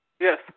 Yes